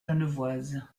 genevoise